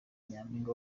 nyampinga